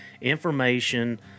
information